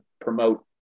promote